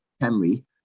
Henry